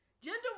Gender